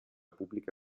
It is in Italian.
pubblica